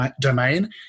domain